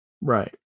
Right